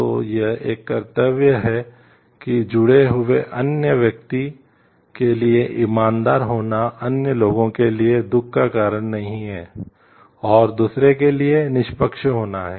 तो यह एक कर्तव्य है कि जुड़े हुए अन्य व्यक्ति के लिए ईमानदार होना अन्य लोगों के लिए दुख का कारण नहीं है और दूसरों के लिए निष्पक्ष होना है